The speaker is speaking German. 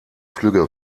flügge